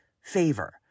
favor